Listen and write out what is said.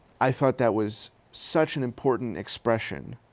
i thought that was such an important expression.